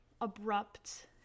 abrupt